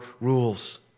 rules